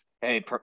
hey